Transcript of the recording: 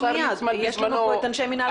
מיד כי יש לנו פה את אנשי מינהל התכנון.